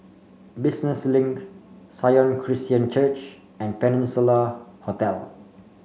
Business Link Sion Christian Church and Peninsula Hotel